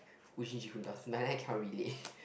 Wu Jin Ji Hoon dolls but then I cannot relate